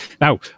Now